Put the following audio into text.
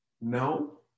no